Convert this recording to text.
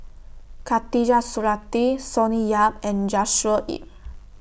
Khatijah Surattee Sonny Yap and Joshua Ip